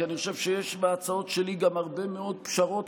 כי אני חושב שיש בהצעות שלי גם הרבה מאוד פשרות,